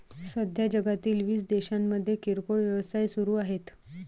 सध्या जगातील वीस देशांमध्ये किरकोळ व्यवसाय सुरू आहेत